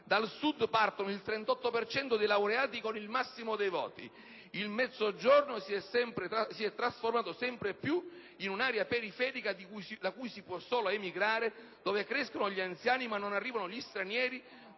Dal Sud parte il 38 per cento dei laureati con il massimo dei voti. Il Mezzogiorno si è trasformato sempre più in «un'area periferica da cui si continua ad emigrare, dove crescono gli anziani ma non arrivano gli stranieri,